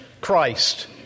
Christ